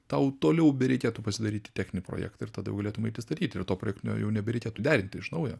tau toliau bereikėtų pasidaryti techninį projektą ir tada jau galėtum eiti statyti ir to projektinio jau nebereikėtų derinti iš naujo